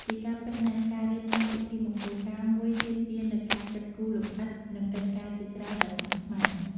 ជាការពិតណាស់ ការរៀបចំពិធីមង្គលការមួយទាមទារនូវការគិតគូរលម្អិត និងកិច្ចការជាច្រើនដែលស្មុគស្មាញ។